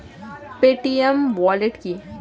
Paytm wallet কি?